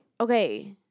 Okay